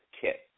kit